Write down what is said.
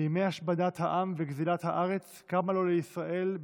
בימי השמדת העם וגזלת הארץ קמה לו לישראל,